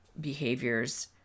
behaviors